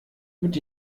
mit